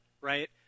right